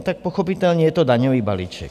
Tak pochopitelně je to daňový balíček.